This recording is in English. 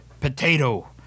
potato